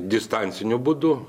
distanciniu būdu